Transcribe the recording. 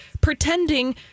pretending